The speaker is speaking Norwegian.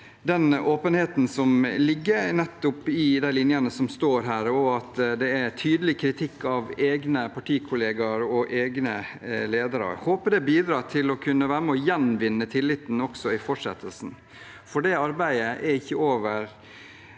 den åpenheten som ligger nettopp i de linjene som står her, og at det er tydelig kritikk av egne partikollegaer og egne ledere. Jeg håper det bidrar til å kunne være med og gjenvinne tilliten også i fortsettelsen, for det arbeidet er ikke over